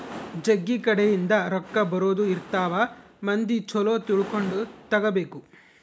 ಜಗ್ಗಿ ಕಡೆ ಇಂದ ರೊಕ್ಕ ಬರೋದ ಇರ್ತವ ಮಂದಿ ಚೊಲೊ ತಿಳ್ಕೊಂಡ ತಗಾಬೇಕು